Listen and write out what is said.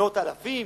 מאות אלפים?